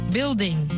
Building